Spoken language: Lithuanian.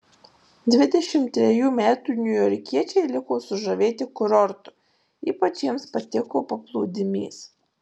dvidešimt trejų metų niujorkiečiai liko sužavėti kurortu ypač jiems patiko paplūdimys